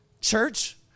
Church